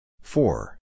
Four